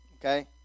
Okay